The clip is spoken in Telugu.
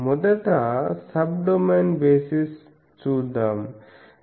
మొదట సబ్డొమైన్ బేసిస్ చూద్దాము